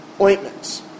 ointments